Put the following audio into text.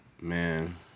Man